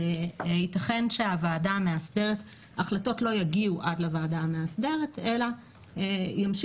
יתכן והחלטות לא יגיעו עד לוועדה המאסדרת אלא ימשיכו